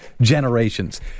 generations